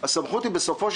כמה היא עולה?